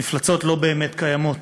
מפלצות לא באמת קיימות.